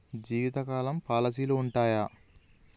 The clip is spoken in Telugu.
జీవితకాలం పాలసీలు ఉంటయా?